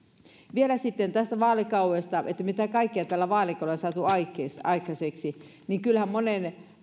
vielä sitten tästä vaalikaudesta että mitä kaikkea tällä vaalikaudella on saatu aikaiseksi kyllähän monen